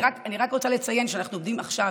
אני רק רוצה לציין שאנחנו עובדים עכשיו,